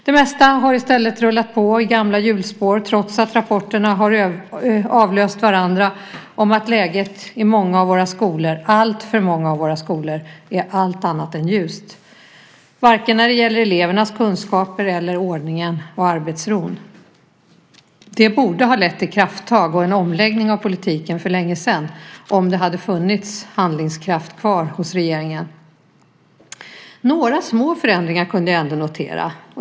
Det mesta har i stället rullat på i gamla hjulspår, trots att rapporterna har avlöst varandra om att läget i alltför många av våra skolor är allt annat än ljust, varken när det gäller elevernas kunskaper eller ordningen och arbetsron. Det borde ha lett till krafttag och en omläggning av politiken för länge sedan, om det hade funnits handlingskraft kvar hos regeringen. Några små förändringar kunde jag ändå notera.